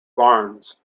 barnes